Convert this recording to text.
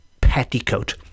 petticoat